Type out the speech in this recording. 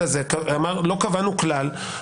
לא קבענו כלל,